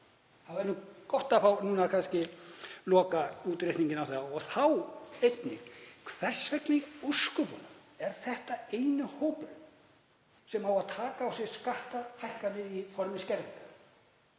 Það væri nú gott að fá núna kannski lokaútreikninginn á þessu. Og þá einnig: Hvers vegna í ósköpunum er þetta eini hópurinn sem á að taka á sig skattahækkanir í formi skerðinga